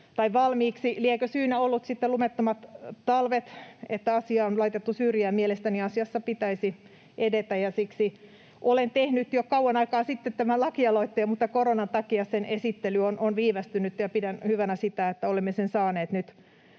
saatu valmiiksi. Lienevätkö syynä olleet sitten lumettomat talvet, että asia on laitettu syrjään? Mielestäni asiassa pitäisi edetä, ja siksi olen tehnyt jo kauan aikaa sitten tämän lakialoitteen, mutta koronan takia sen esittely on viivästynyt, ja pidän hyvänä sitä, että olemme sen saaneet nyt